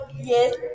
Yes